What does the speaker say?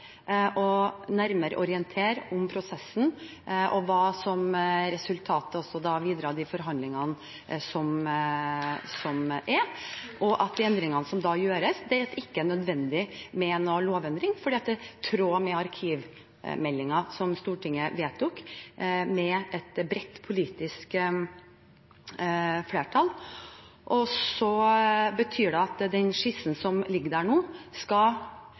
orientere nærmere om prosessen og om resultatet av forhandlingene. For endringene som gjøres, er det ikke nødvendig med noen lovendring, for det er i tråd med arkivmeldingen, som Stortinget vedtok med et bredt politisk flertall. Det betyr at arkivverket skal forhandle videre ut fra den skissen som nå